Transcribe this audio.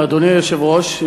אדוני היושב-ראש,